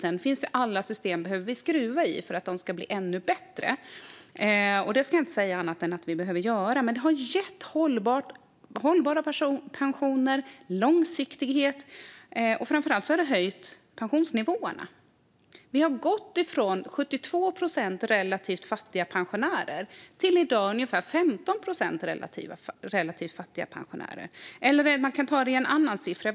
Sedan behöver man skruva i alla system för att de ska bli ännu bättre, och jag säger inte annat än att vi behöver göra detta. Systemet har dock gett hållbara pensioner och långsiktighet, och framför allt har det höjt pensionsnivåerna. Vi har gått från 72 procent relativt fattiga pensionärer till ungefär 15 procent relativt fattiga pensionärer i dag. Man kan ta en annan siffra.